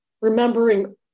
remembering